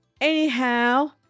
Anyhow